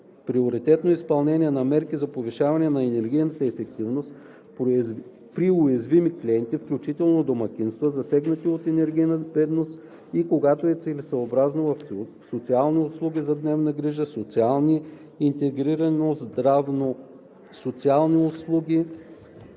приоритетно изпълнение на мерки за повишаване на енергийната ефективност при уязвими клиенти, включително домакинства, засегнати от енергийна бедност, и когато е целесъобразно, в социални услуги за дневна грижа, социални и интегрирани здравно-социални услуги